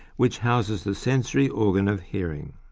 which houses the sensory organ of hearing.